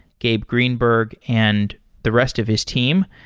gabe greenberg, and the rest of his team.